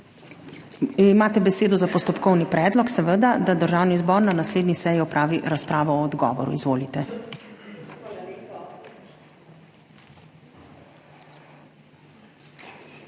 Imate besedo za postopkovni predlog, seveda, da Državni zbor na naslednji seji opravi razpravo o odgovoru. Izvolite.